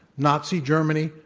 nazi germany,